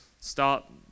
stop –